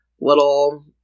little